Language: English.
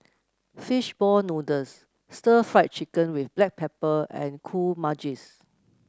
fish ball noodles stir Fry Chicken with Black Pepper and Kuih Manggis